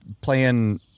playing